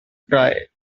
cry